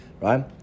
Right